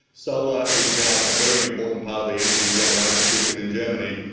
solar is now a very important part of the energy generation system in germany,